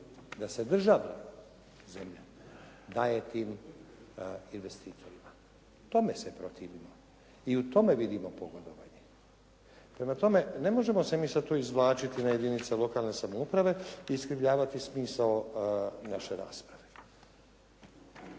da se državna zemlja daje tim investitorima. Tome se protivimo i u tome vidimo pogodovanje. Prema tome ne možemo se mi sad tu izvlačiti na jedinice lokalne samouprave i iskrivljavati smisao naše rasprave.